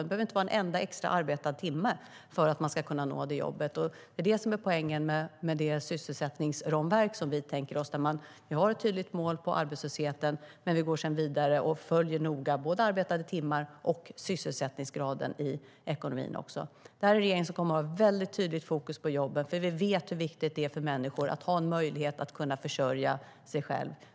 Det behöver inte vara en enda extra arbetad timme för att man ska kunna nå det målet. Det är det som poängen med det sysselsättningsramverk som vi tänker oss, där man har ett tydligt mål för arbetslösheten men sedan går vidare och noga följer både arbetade timmar och sysselsättningsgraden i ekonomin. Det här är en regering som kommer att ha ett väldigt tydligt fokus på jobben, för vi vet hur viktigt det är för människor att ha en möjlighet att kunna försörja sig själva.